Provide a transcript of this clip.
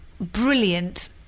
brilliant